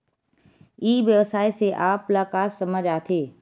ई व्यवसाय से आप ल का समझ आथे?